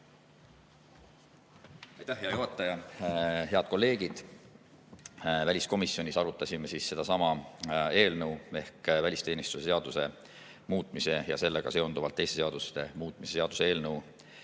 Aitäh, hea juhataja! Head kolleegid! Väliskomisjonis arutasime sedasama eelnõu ehk välisteenistuse seaduse muutmise ja sellega seonduvalt teiste seaduste muutmise seaduse eelnõu